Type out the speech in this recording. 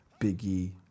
Biggie